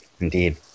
Indeed